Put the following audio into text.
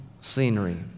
scenery